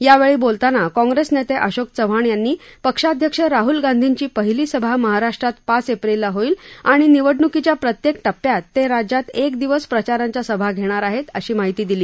यावेळी बोलताना काँग्रेस नेते अशोक चव्हाण यांनी पक्षाध्यक्ष राहल गांधीची पहिली सभा महाराष्ट्रात पाच एप्रिलला होईल आणि निवडणुकीच्या प्रत्येक टप्प्यात ते राज्यात एक दिवस प्रचारांच्या सभा घेणार आहेत अशी माहिती दिली